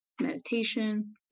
meditation